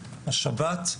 השבת.